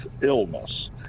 illness